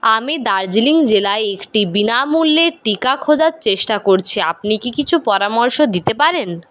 আমি দার্জিলিং জেলায় একটি বিনামূল্যের টিকা খোঁজার চেষ্টা করছি আপনি কি কিছু পরামর্শ দিতে পারেন